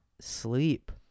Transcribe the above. sleep